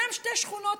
ישנן שתי שכונות,